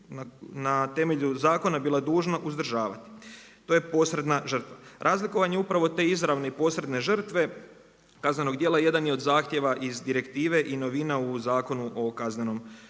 na temelju zakona bila dužna uzdržavati. To je posredna žrtva. Razlikovanje upravo te izravne i posredne žrtve, kaznenog djela jedan je od zahtjeva iz direktive i novina u Zakonu o kaznenom